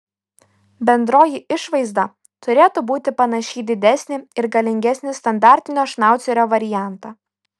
bendroji išvaizda turėtų būti panaši į didesnį ir galingesnį standartinio šnaucerio variantą